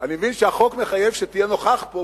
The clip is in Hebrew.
שאני מבין שהחוק מחייב שתהיה נוכח פה,